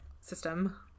system